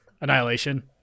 Annihilation